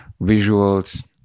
visuals